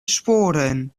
sporen